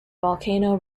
volcano